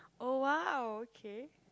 oh !wow! okay